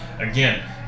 Again